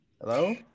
Hello